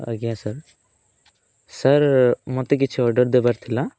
ଆଜ୍ଞା sir sir ମୋତେ କିଛି ଅର୍ଡ଼ର ଦେବାର ଥିଲା